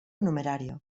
numerario